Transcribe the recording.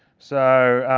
so,